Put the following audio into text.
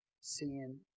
seeing